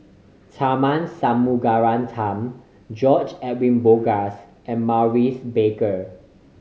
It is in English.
Tharman Shanmugaratnam George Edwin Bogaars and Maurice Baker